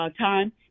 time